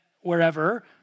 wherever